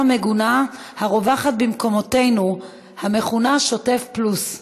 המגונה הרווחת במקומותינו המכונה "שוטף פלוס".